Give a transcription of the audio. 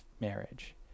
marriage